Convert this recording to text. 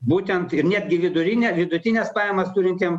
būtent ir netgi vidurinę vidutines pajamas turintiem